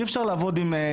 וברגע שהיה לנו שיח עם נציג